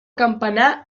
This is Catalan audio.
campanar